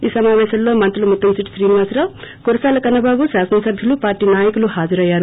ఈ సమావేశంలో మంత్రులు ముత్తంశెట్టి శ్రీనివాసరావు కురసాల కన్నబాబు శాసనసభ్యులు పార్టీ నాయకులు హాజరయ్యారు